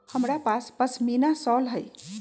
हमरा पास पशमीना शॉल हई